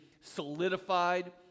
solidified